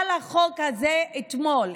החוק הזה נפל אתמול.